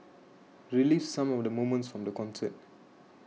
relives some of the moments from the concert